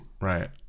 right